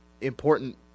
important